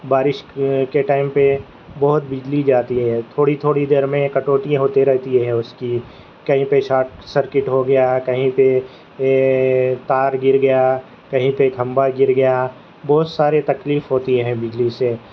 بارش کے ٹائم پہ بہت بجلی جاتی ہے تھوڑی تھوڑی دیر میں کٹوتی ہوتی رہتی ہیں اس کی کہیں پے شاٹ سرکٹ ہوگیا کہیں پے تار گر گیا کہیں پہ کھمبا گر گیا بہت سارے تکلیف ہوتی ہے بجلی سے